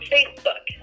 Facebook